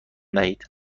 دهید